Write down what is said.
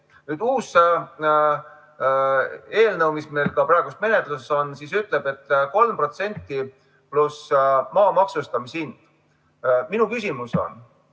Nüüd uus eelnõu, mis meil praegu menetluses on, ütleb, et 3% pluss maa maksustamishind. Minu küsimus on: